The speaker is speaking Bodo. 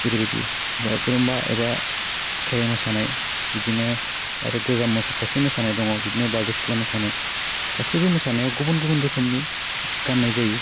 जेरैबायदि बागुरुम्बा एबा खेराइ मोसानाय बिदिनो आरो गोजाम मोसा खायसे मोसानाय दङ बिदिनो बारदै सिख्ला मोसानाय गासैबो मोसानायाव गुबुन गुबुन रोखोमनि गान्नाय जायो